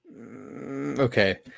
Okay